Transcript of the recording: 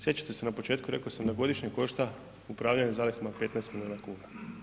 Sjećate se na početku, rekao sam da godišnje košta upravljanje zalihama 15 milijuna kuna.